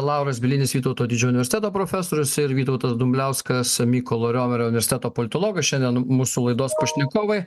lauras bielinis vytauto didžiojo universiteto profesorius ir vytautas dumbliauskas mykolo romerio universiteto politologas šiandien mūsų laidos pašnekovai